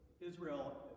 Israel